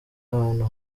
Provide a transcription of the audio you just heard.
ahantu